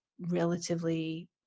relatively